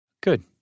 Good